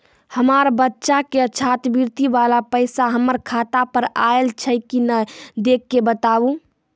हमार बच्चा के छात्रवृत्ति वाला पैसा हमर खाता पर आयल छै कि नैय देख के बताबू?